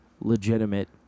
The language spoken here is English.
legitimate